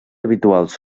habituals